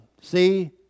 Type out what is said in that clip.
See